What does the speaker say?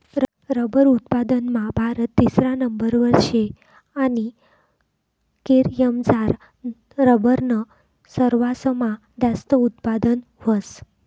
rubber उत्पादनमा भारत तिसरा नंबरवर शे आणि केरयमझार रबरनं सरवासमा जास्त उत्पादन व्हस